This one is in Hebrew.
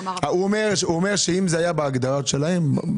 הוא אומר שאם זה היה בהגדרות שלהם.